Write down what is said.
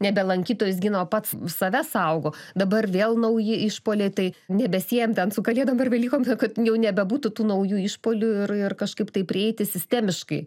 nebe lankytojus gina o pats save saugo dabar vėl nauji išpuoliai tai nebesiejam ten su kalėdom ar velykom todė kad jau nebebūtų tų naujų išpuolių ir ir kažkaip tai prieiti sistemiškai